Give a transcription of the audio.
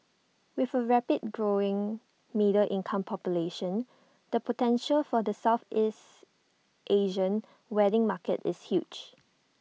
with A rapidly growing middle income population the potential for the Southeast Asian wedding market is huge